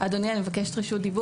אדוני, אני מבקשת רשות דיבור.